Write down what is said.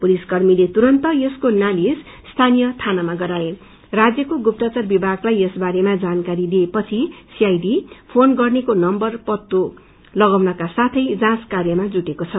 पूलिसकर्मीले तुरन्त यसको नालिश सीनीय थानमा गरए राज्यको गुप्तषर विभागलाई यसबारेमा जानकारी दिइएपछि सीआईडीले फोन गर्नेको नम्बर पत्तो तगाउनका साथै जाँचकार्यमा जुटेको छ